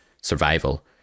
survival